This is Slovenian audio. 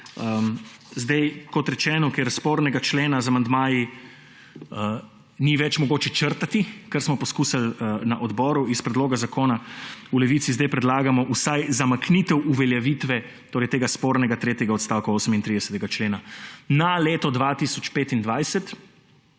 Kot rečeno, ker spornega člena z amandmaji ni več mogoče črtati, kar smo poskusili na odboru, iz predloga zakona, v Levici sedaj predlagamo vsaj zamik uveljavitve tega spornega tretjega odstavka 38. člena na leto 2025.